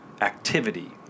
activity